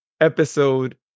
episode